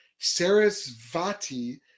Sarasvati